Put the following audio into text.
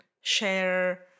share